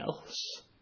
else